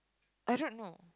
I don't know